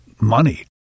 Money